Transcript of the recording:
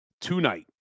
tonight